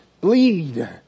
bleed